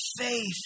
faith